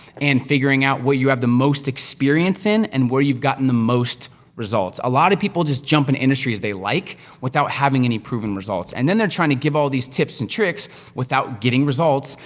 and figuring out what you have the most experience in, and where you've gotten the most results. a lot of people just jump in industries they like without having any proven results. and then they're trying to give all these tips and tricks without getting results,